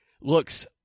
looks